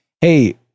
hey